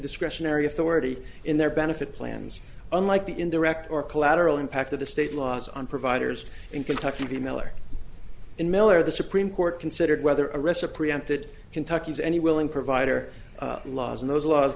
discretionary authority in their benefit plans unlike the indirect or collateral impact of the state laws on providers in kentucky miller and miller the supreme court considered whether a wrestler preempted kentucky's any willing provider laws and those laws